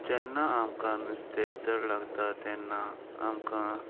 जेन्ना आमकां नुस्तें चड लागता तेन्ना आमकां